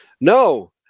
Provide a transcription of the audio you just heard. No